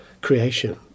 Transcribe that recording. creation